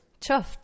Chuffed